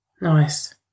Nice